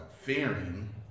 fearing